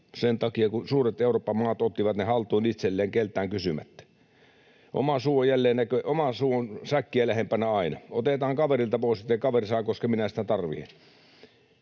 Sen takia, että suuret Euroopan maat ottivat ne haltuun itselleen keltään kysymättä. Oma suu on säkkiä lähempänä aina. Otetaan kaverilta pois, ettei kaveri saa, koska minä sitä tarvitsen.